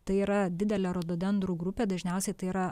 tai yra didelė rododendrų grupė dažniausiai tai yra